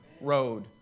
road